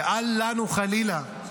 ואל לנו, חלילה,